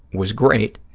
was great,